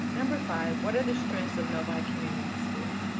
number five. what are the strengths of novi community schools?